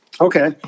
Okay